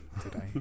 today